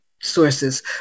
sources